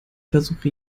versuche